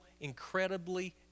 incredibly